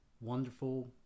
wonderful